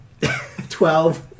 Twelve